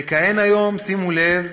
מכהן היום, שימו לב,